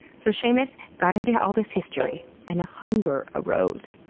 so, seamus got into all this history and hunger arose.